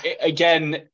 again